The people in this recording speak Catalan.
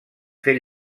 fer